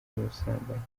busambanyi